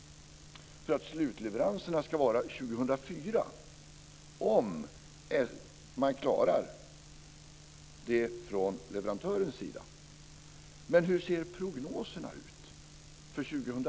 Slutleveranserna ska vara 2004, om man klarar det från leverantörens sida. Men hur ser prognoserna ut för 2003?